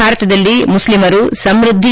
ಭಾರತದಲ್ಲಿ ಮುಸ್ಲಿಮರು ಸಮೃದ್ದಿ